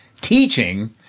teaching